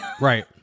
Right